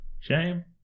shame